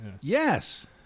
Yes